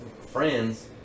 friends